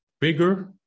bigger